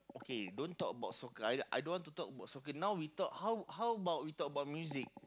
okay don't talk about soccer I I don't want to talk about soccer now we talk how how about we talk about music